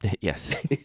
Yes